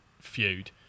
feud